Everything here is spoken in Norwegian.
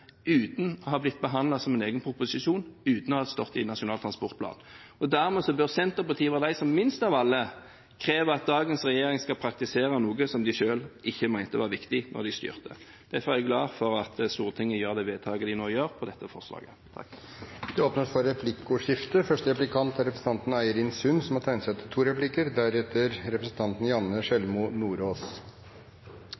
uten å ha blitt behandlet som en egen proposisjon, uten å ha ligget i Nasjonal transportplan. Dermed bør Senterpartiet være de som minst av alle krever at dagens regjering skal praktisere noe som de selv ikke mente var viktig da de styrte. Derfor er jeg glad for at Stortinget gjør det vedtaket som de nå gjør når det gjelder dette forslaget. Det blir replikkordskifte. Det